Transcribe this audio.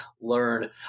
learn